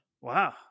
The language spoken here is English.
wow